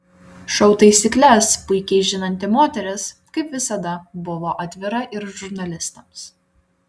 šou taisykles puikiai žinanti moteris kaip visada buvo atvira ir žurnalistams